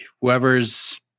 whoever's